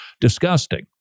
disgusting